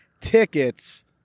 tickets